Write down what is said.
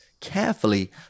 carefully